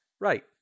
Right